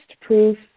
proof